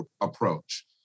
approach